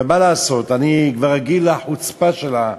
אבל מה לעשות, אני כבר רגיל לחוצפה שלה.